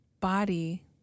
body